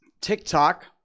TikTok